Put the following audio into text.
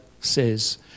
says